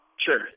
Sure